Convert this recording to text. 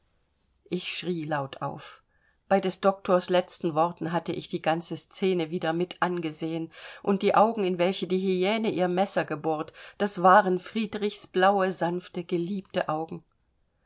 ich schrie laut auf bei des doktors letzten worten hatte ich die ganze scene wieder mitangesehen und die augen in welche die hyäne ihr messer gebohrt das waren friedrichs blaue sanfte geliebte augen